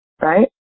right